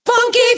Funky